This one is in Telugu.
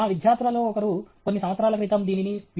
నా విద్యార్థులలో ఒకరు కొన్ని సంవత్సరాల క్రితం దీనిని B